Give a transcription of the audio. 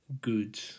good